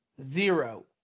Zero